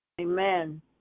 Amen